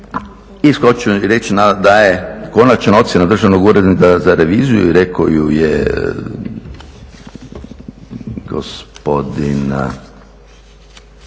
i reći ću da je konačna ocjena Državnog ureda za reviziju, i rekao ju je gospodin,